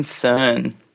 concern